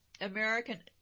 American